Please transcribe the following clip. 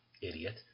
Idiot